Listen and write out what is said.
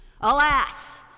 alas